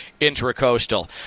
Intracoastal